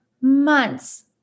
months